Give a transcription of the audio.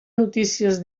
notícies